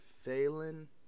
Phelan